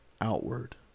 outward